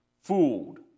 fooled